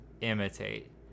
imitate